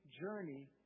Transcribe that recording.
journey